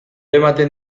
ematen